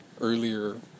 earlier